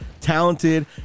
talented